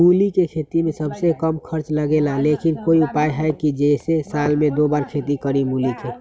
मूली के खेती में सबसे कम खर्च लगेला लेकिन कोई उपाय है कि जेसे साल में दो बार खेती करी मूली के?